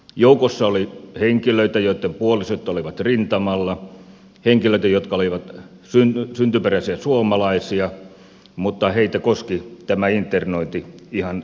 joukossa oli henkilöitä joitten puolisot olivat rintamalla henkilöitä jotka olivat syntyperäisiä suomalaisia mutta heitä koski tämä internointi ihan samalla tavalla